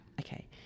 Okay